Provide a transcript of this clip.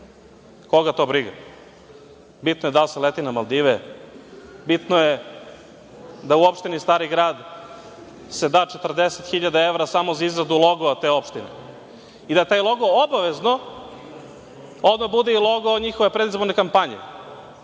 Koga to briga. Bitno je da li se leti na Maldive, bitno je da u opštini Stari grad se da 40.000 evra samo za izradu logoa te opštine i da taj logo obavezno odmah bude i logo njihove predizborne kampanje.